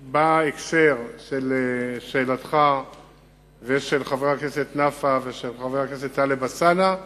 בקשר לשאלתך ולשאלות של חבר הכנסת נפאע ושל חבר הכנסת טלב אלסאנע,